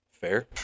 fair